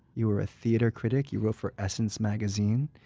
you were a theater critic, you wrote for essence magazine.